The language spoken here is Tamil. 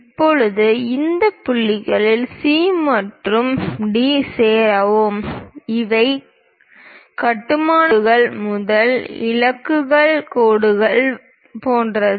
இப்போது இந்த புள்ளிகளில் சி மற்றும் டி சேரவும் இவை கட்டுமானக் கோடுகள் மிக இலகுவான கோடுகள் போன்றவை